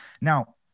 Now